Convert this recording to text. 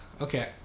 Okay